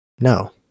No